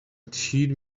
تیر